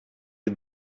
you